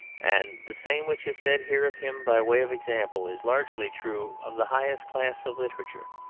and the same which is said here of him by way of example is largely true of the highest class of literature.